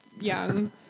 young